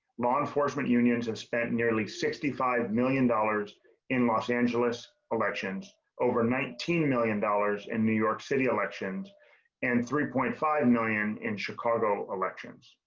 law enforcement unions have spent nearly sixty five million dollars in los angeles elections over nineteen million dollars in new york city elections and three point five million in chicago elections,